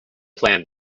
plan